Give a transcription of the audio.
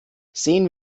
sehen